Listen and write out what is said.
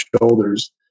shoulders